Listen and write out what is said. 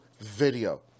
video